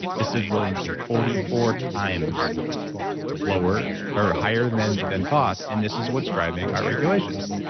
this is really interesting. forty four times lower or higher than than thought. and this is what's driving our regulations.